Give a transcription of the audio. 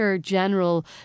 general